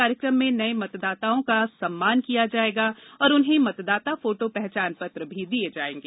कार्यक्रम में नये मतदाताओं का सम्मान किया जायेगा और उन्हें मतदाता फोटो पहचान पत्र भी दिये जायेंगे